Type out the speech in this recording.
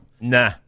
Nah